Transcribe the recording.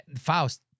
Faust